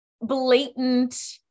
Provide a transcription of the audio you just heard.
blatant